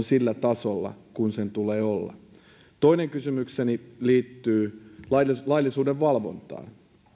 sillä tasolla kuin sen tulee olla toinen kysymykseni liittyy laillisuuden valvontaan